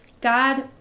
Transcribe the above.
God